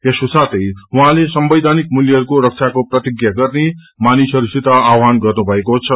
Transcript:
यसको साथै उहाँले संवेधानिक मूल्यहरूको रक्षाको प्रतिक्षा गर्ने मानिसहरूसित आवाहान गर्नुभएको छ